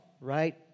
right